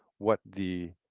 what the